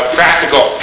practical